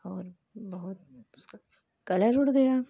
और बहुत कलर उड़ गया